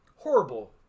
Horrible